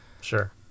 Sure